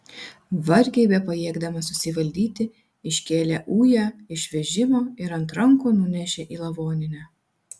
vargiai bepajėgdamas susivaldyti iškėlė ują iš vežimo ir ant rankų nunešė į lavoninę